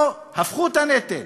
פה הפכו את הנטל: